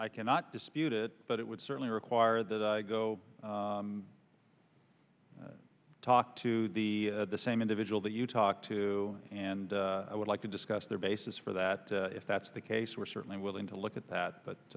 i cannot dispute it but it would certainly require that i go talk to the same individuals that you talk to and i would like to discuss their basis for that if that's the case we're certainly willing to look at that but